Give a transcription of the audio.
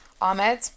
ahmed